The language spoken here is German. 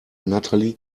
natalie